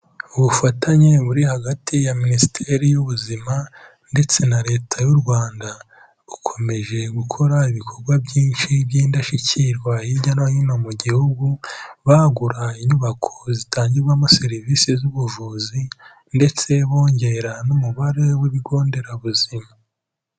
Ubufatanye buri hagati ya minisiteri y'ubuzima ndetse na Leta y'u Rwanda bukomeje gukora ibikorwa byinshi by'indashyikirwa hirya no hino mu Gihugu bagura inyubako zitangirwamo serivisi z'ubuvuzi ndetse bongera n'umubare w'ibigo Nderabuzima.